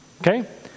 Okay